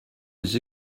les